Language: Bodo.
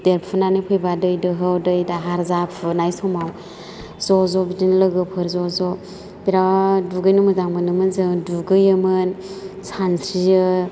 देरफुनानै फैबा दै दोहौ दै दाहार जाफुनाय समाव ज' ज' बिदिनो लोगोफोर ज' ज' बेराद दुगैनो मोजां मोनोमोन जों दुगैयोमोन सानस्रियो